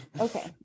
okay